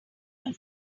will